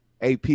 AP